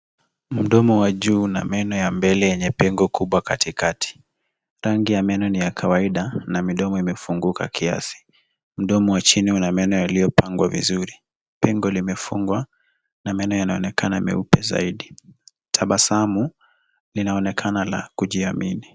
Mdomo wa juu una meno yenye pengo kubwa katikati. Rangi ya meno ni ya kawaida, na midomo imefunguka kiasi. Mdomo wa chini una meno yaliyopangwa vizuri, pengo limefungwa, na meno yanaonekana meupe zaidi. Tabasamu linaonekana la kujiamini.